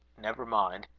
never mind,